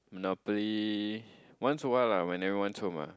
monopoly once in a while lah when everyone's home ah